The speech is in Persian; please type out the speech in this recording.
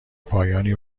پایانی